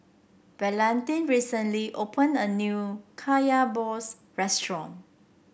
Valentin recently opened a new Kaya Balls restaurant